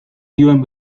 dioen